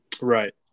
Right